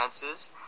Chances